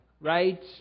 Right